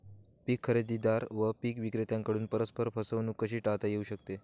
पीक खरेदीदार व पीक विक्रेत्यांकडून परस्पर फसवणूक कशी टाळता येऊ शकते?